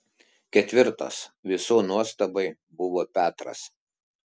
ketvirtas visų nuostabai buvo petras